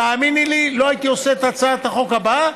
תאמיני לי שלא הייתי עושה את הצעת החוק הבאה,